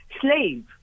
slave